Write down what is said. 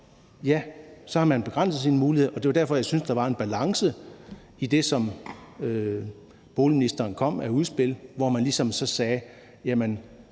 Ja, så har man begrænset sine muligheder. Det er derfor, jeg syntes, at der var en balance i det, som boligministeren kom med af udspil, hvor man ligesom sagde: Når